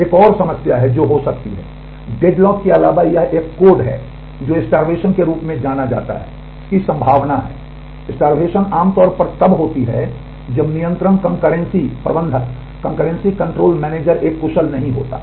एक और समस्या है जो हो सकती है डेडलॉक के अलावा यह एक कोड है जो स्टार्वेसन एक कुशल नहीं होता है